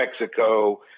Mexico